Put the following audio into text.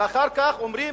ואחר כך אומרים: